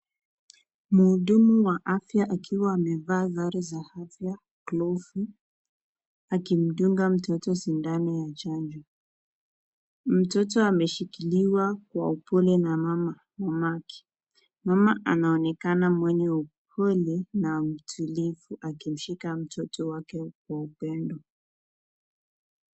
Mhudumu wa afya akiwa amevaa sare za afya glovu, akimdunga mtoto shindano ya chanjo. Mtoto ameshikiliwa kwa upole na mamake. Mama anaonekana mwenye upole na mtulivu akimshika mtoto wake kwa upendo.